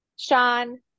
Sean